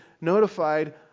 notified